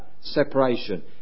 separation